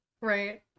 Right